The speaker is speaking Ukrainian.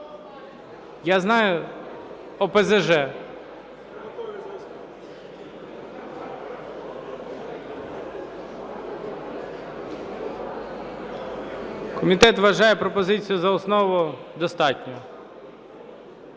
Я знаю. ОПЗЖ. Комітет вважає пропозицію за основу достатньою.